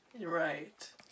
Right